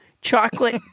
chocolate